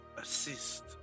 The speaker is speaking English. assist